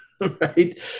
right